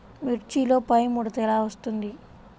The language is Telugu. మిర్చిలో పైముడత ఎలా వస్తుంది?